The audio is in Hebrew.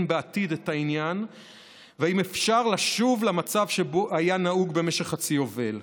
בעתיד את העניין ואם אפשר לשוב למצב שהיה נהוג במשך חצי יובל.